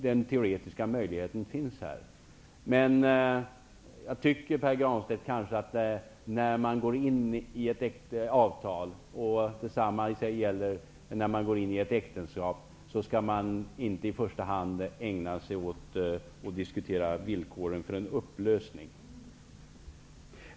Men jag tycker kanske, Pär Granstedt, att man när man går in i ett avtal eller ett äktenskap inte i första hand skall ägna sig åt att diskutera villkoren för en upplösning.